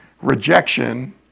rejection